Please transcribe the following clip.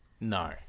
No